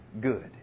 good